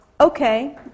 okay